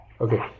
Okay